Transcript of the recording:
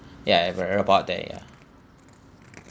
ya we're about there ya